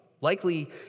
likely